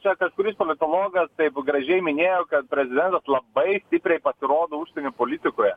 čia kažkuris politologas taip gražiai minėjo kad prezidentas labai stipriai pasirodo užsienio politikoje